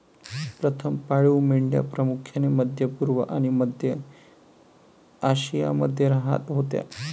प्रथम पाळीव मेंढ्या प्रामुख्याने मध्य पूर्व आणि मध्य आशियामध्ये राहत होत्या